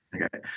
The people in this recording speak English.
Okay